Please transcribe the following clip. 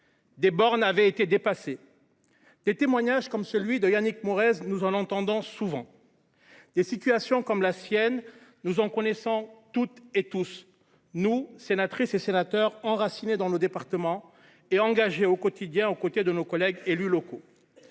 des bornes avaient été dépassées. Des témoignages comme celui de Yannick Morez, nous en entendons souvent. Des situations comme la sienne, nous en connaissons toutes et tous, nous, sénatrices et sénateurs enracinés dans nos départements et engagés au quotidien aux côtés de nos collègues élus locaux.